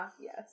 yes